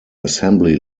assembly